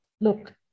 look